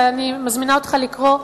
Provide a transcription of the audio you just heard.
ואני מזמינה אותך לקרוא,